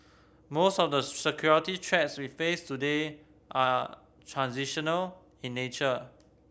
most of the security threats we face today are transnational in nature